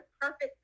perfect